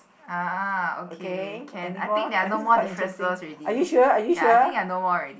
ah okay can I think there are no more differences already ya I think ya no more already